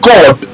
God